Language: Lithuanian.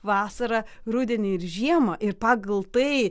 vasarą rudenį ir žiemą ir pagal tai